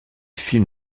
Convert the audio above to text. films